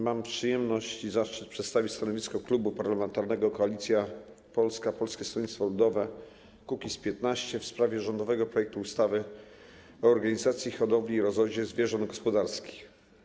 Mam przyjemność i zaszczyt przedstawić stanowisko Klubu Parlamentarnego Koalicja Polska - Polskie Stronnictwo Ludowe - Kukiz15 w sprawie rządowego projektu ustawy o organizacji hodowli i rozrodzie zwierząt gospodarskich.